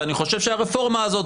ואני חושב שהרפורמה הזאת,